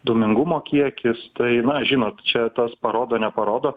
dūmingumo kiekis tai na žinot čia tas parodo neparodo